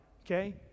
okay